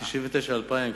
ב-1999 2000,